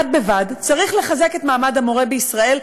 בד בבד, צריך לחזק את מעמד המורה בישראל.